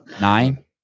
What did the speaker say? Nine